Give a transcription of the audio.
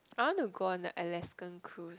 I want to go on a Alaskan cruise